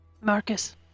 Marcus